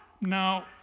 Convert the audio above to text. Now